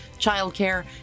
childcare